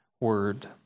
word